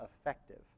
effective